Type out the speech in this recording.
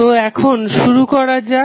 তো এখন শুরু করা যাক